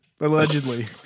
Allegedly